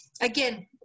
again